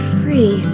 free